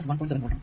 7 volt ആണ്